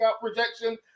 projection